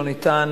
לא ניתן,